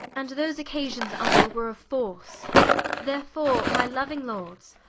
and those occasions, vnckle, were of force therefore my louing lords,